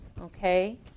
Okay